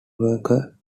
worker